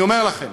אני אומר לכם: